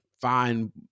find